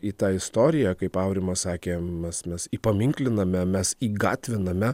į tą istoriją kaip aurimas sakė mes mes įpaminkliname mes įgatviname